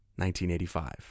1985